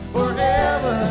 Forever